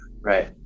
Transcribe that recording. Right